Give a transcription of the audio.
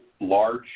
large